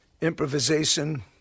improvisation